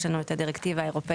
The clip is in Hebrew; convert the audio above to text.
יש לנו את הדירקטיבה האירופאית,